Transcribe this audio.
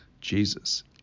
Jesus